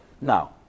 Now